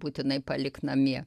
būtinai palik namie